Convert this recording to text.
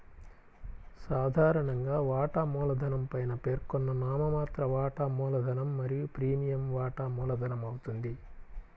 సాధారణంగా, వాటా మూలధనం పైన పేర్కొన్న నామమాత్ర వాటా మూలధనం మరియు ప్రీమియం వాటా మూలధనమవుతుంది